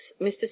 Mr